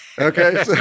Okay